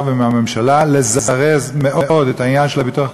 ומהממשלה לזרז מאוד את העניין של הביטוח,